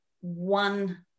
one